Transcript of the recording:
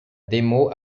démo